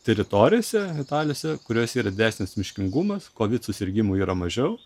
teritorijose italijos kuriose yra didesnis miškingumas kovid susirgimų yra mažiau